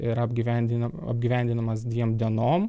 yra apgyvendinam apgyvendinamas dviem dienom